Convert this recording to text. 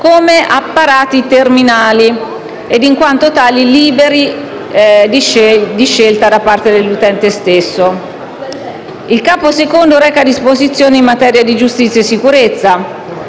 come apparati terminali ed in quanto tali di libera scelta dell'utente stesso. Il Capo II reca disposizioni in materia di giustizia e sicurezza.